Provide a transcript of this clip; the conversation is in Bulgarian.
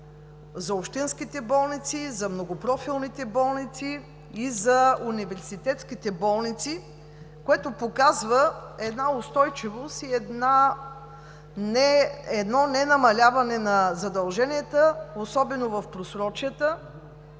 за общинските болници, многопрофилните и за университетските, която показва една устойчивост и едно ненамаляване на задълженията, особено в просрочията.